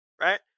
Right